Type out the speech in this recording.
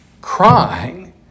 Crying